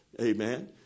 Amen